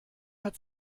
hat